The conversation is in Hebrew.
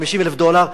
50,000 דולר.